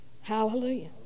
Hallelujah